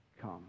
come